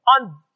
on